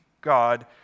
God